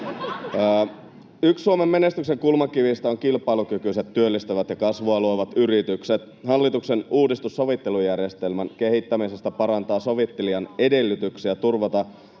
Yksi Suomen menestyksen kulmakivistä ovat kilpailukykyiset, työllistävät ja kasvua luovat yritykset. Hallituksen uudistus sovittelujärjestelmän kehittämisestä parantaa sovittelijan edellytyksiä turvata